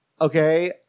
Okay